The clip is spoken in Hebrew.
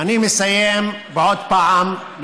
אני מסיים בלהקריא